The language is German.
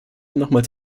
nochmals